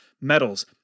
metals